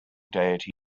deity